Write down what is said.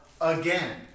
again